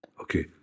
Okay